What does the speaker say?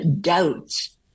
doubts